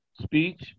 speech